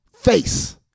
face